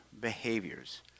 behaviors